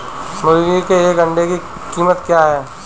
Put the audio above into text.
मुर्गी के एक अंडे की कीमत क्या है?